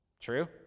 True